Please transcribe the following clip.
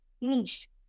niche